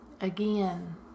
again